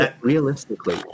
realistically